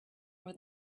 more